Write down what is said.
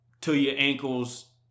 to-your-ankles